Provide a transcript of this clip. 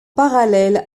parallèle